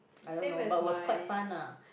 I don't know but was quite fun lah